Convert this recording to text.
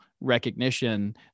recognition